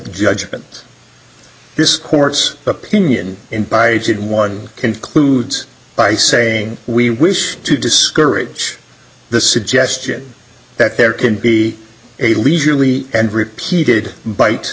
judgment this court's opinion by aged one concludes by saying we wish to discourage the suggestion that there can be a leisurely and repeated bite